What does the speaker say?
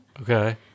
Okay